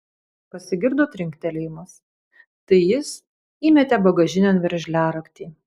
pasigirdo trinktelėjimas tai jis įmetė bagažinėn veržliaraktį